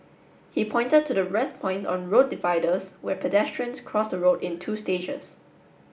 he pointed to the rest point on road dividers where pedestrians cross the road in two stages